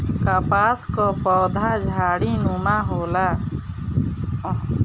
कपास कअ पौधा झाड़ीनुमा होला